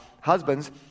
husbands